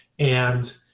and